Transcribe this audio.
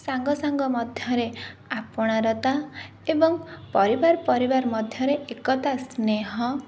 ସାଙ୍ଗସାଙ୍ଗ ମଧ୍ୟରେ ଆପଣାରତା ଏବଂ ପରିବାର ପରିବାର ମଧ୍ୟରେ ଏକତା ସ୍ନେହ